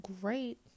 great